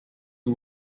por